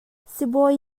sibawi